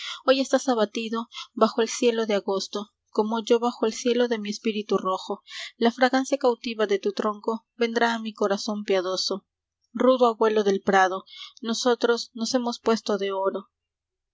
hoy estás abatido bajo cielo de agosto como yo bajo ad cielo vde mi espíritu rojo la fragancia cautiva de tu tronco vendrá a mi corazón piadoso rudo abuelo del prado nosotros nos hemos puesto de oro